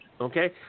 Okay